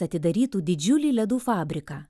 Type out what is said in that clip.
atidarytų didžiulį ledų fabriką